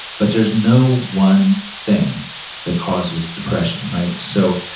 but there's no one thing that causes depression, right? so,